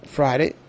Friday